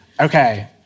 Okay